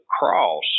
cross